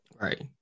Right